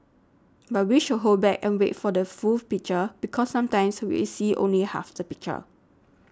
but we should hold back and wait for the full picture because sometimes we see only half the picture